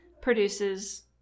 produces